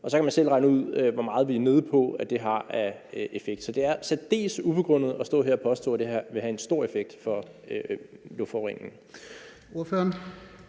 og så kan man selv regne ud, hvor meget vi er nede på det har af effekt. Så det er særdeles ubegrundet at stå her og påstå, at det her vil have en stor effekt på luftforureningen.